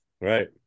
Right